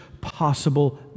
possible